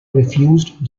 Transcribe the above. refused